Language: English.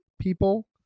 people